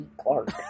Clark